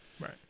right